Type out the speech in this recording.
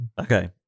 Okay